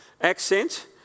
accent